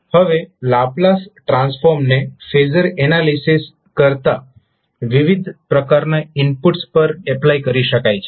હવે લાપ્લાસ ટ્રાન્સફોર્મને phasor analysis કરતા વિવિધ પ્રકારના ઇનપુટ્સ પર એપ્લાય કરી શકાય છે